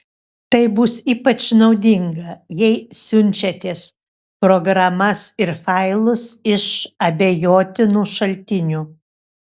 tai bus ypač naudinga jei siunčiatės programas ir failus iš abejotinų šaltinių